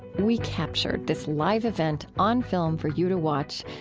and we captured this live event on film for you to watch.